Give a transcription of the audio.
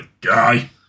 Guy